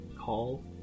Call